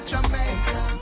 Jamaica